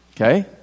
Okay